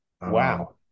Wow